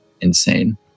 insane